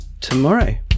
tomorrow